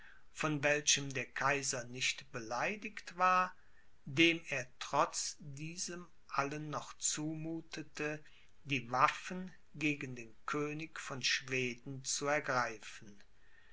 von welchem der kaiser nicht beleidigt war dem er trotz diesem allen noch zumuthete die waffen gegen den könig von schweden zu ergreifen